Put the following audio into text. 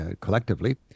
collectively